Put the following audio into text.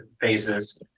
phases